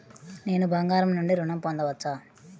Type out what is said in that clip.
నేను బంగారం నుండి ఋణం పొందవచ్చా?